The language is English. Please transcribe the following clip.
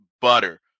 butter